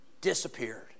disappeared